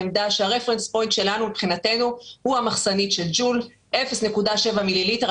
היא המחסנית של ג'ול, של 0.7 מיליליטר.